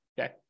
Okay